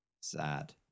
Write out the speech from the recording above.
Sad